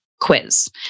quiz